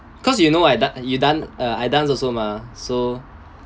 cause you know I dance you dance uh I dance also mah so